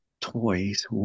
toys